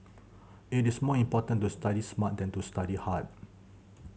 it is more important to study smart than to study hard